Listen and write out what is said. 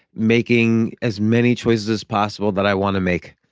making as many choices as possible that i want to make